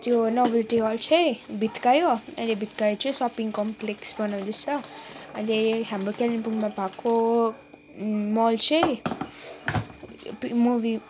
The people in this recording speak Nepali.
त्यो नोभल्टी हल चाहिँ भत्कायो अहिले भत्काएर चाहिँ सपिङ कम्प्लेक्स बनाउँदैछ अहिले हाम्रो कालिम्पोङमा भएको मल चाहिँ मुभी